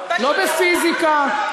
לא בפיזיקה,